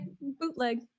bootleg